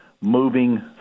moving